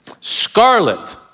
Scarlet